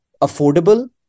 affordable